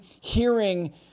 hearing